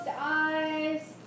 eyes